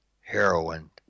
Heroin